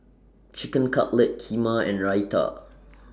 Chicken Cutlet Kheema and Raita